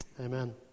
Amen